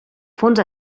fons